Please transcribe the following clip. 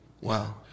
Wow